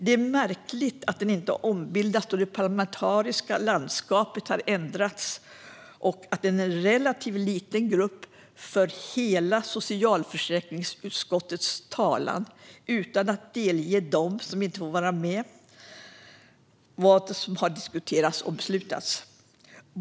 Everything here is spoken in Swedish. Det är märkligt att den inte har ombildats då det parlamentariska landskapet har ändrats och att en relativt liten grupp för hela socialförsäkringsutskottets talan utan att delge dem som inte får vara med vad som diskuterats och beslutats.